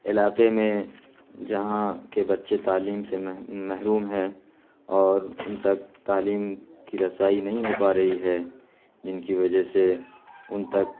علاقے میں جہاں کے بچے تعلیم سے محروم ہیں اور ان تک تعلیم کی رسائی نہیں ہو پا رہی ہے جن کی وجہ سے ان تک